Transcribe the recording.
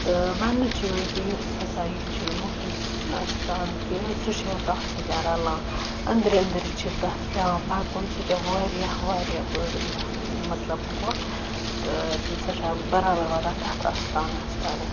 تہٕ وَننہٕ چھُ یِوان کہِ یُس ہَسا یہِ چھُ مخدوٗم صٲبُن اَستان کہِ سُہ چھُ تَتھ سۭتۍ رَلان أنٛدرِ أندرِ چھِ تَتھ پیٚوان پَکُن سُہ چھُ واریاہ واریاہ بٔڑ مَطلَب کۄپھ تہٕ سۄ چھےٚ برابر واتان تَتھ اَستانَس